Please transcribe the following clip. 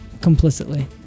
complicitly